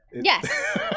Yes